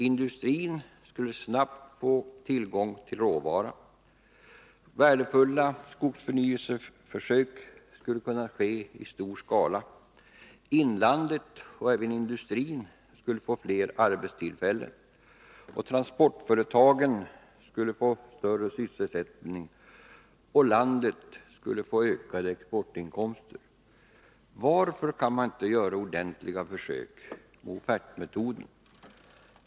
Industrin skulle snabbt få ökad tillgång till råvara. Värdefulla skogsförnyelseförsök skulle kunna ske i stor skala. Industrin både i inlandet och vid kusten skulle få fler arbetstillfällen. Transportföretagen kunde ge fler sysselsättning. Landet skulle få ökade exportinkomster. Varför kan inte ordentliga försök med offertmetoden göras?